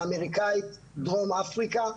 האמריקאית, דרום אפריקה.